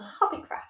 Hobbycraft